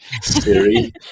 Siri